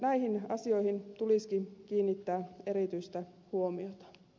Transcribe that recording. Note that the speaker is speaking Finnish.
näihin asioihin tulisikin kiinnittää erityistä huomiota